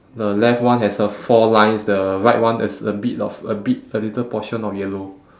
the left one has a four lines the right one there's a bit of a bit a little portion of yellow